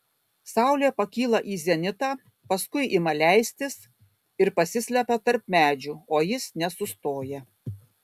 saulė pakyla į zenitą paskui ima leistis ir pasislepia tarp medžių o jis nesustoja